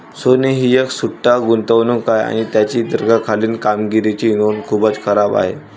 सोने ही एक सट्टा गुंतवणूक आहे आणि त्याची दीर्घकालीन कामगिरीची नोंद खूपच खराब आहे